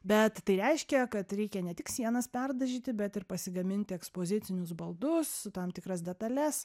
bet tai reiškia kad reikia ne tik sienas perdažyti bet ir pasigaminti ekspozicinius baldus tam tikras detales